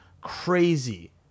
crazy